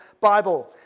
Bible